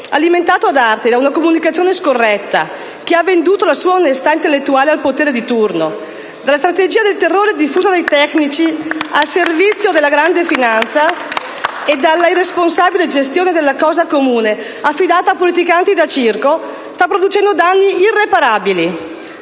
alimentato ad arte da una comunicazione scorretta che ha venduto la sua onestà intellettuale al potere di turno, dalla strategia del terrore diffusa dai tecnici al servizio della grande finanza e dalla irresponsabile gestione della cosa comune affidata a politicanti da circo, sta producendo danni irreparabili.